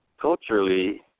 culturally